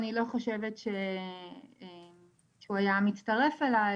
אני לא חושבת שהוא היה מצטרף אליי,